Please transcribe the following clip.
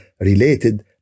related